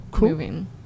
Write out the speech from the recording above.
moving